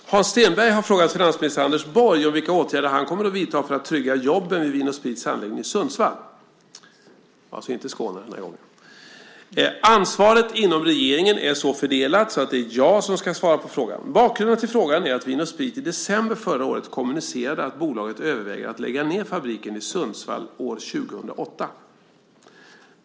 Fru talman! Hans Stenberg har frågat finansminister Anders Borg om vilka åtgärder han kommer att vidta för att trygga jobben vid Vin & Sprits anläggning i Sundsvall. Ansvaret inom regeringen är så fördelat att det är jag som ska svara på frågan. Bakgrunden till frågan är att Vin & Sprit i december förra året kommunicerade att bolaget överväger att lägga ned fabriken i Sundsvall år 2008.